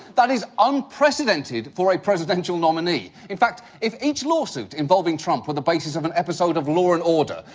that is unprecedented for a presidential nominee. in fact, if each lawsuit involving trump were the basis of an episode of law and order,